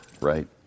Right